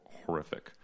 horrific